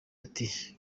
ati